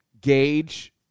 gauge